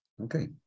Okay